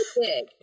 big